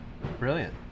brilliant